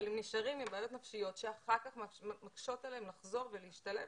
אבל הם נשארים עם בעיות נפשיות שאחר כך מקשות עליהם לחזור ולהשתלב.